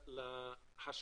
להשקעות.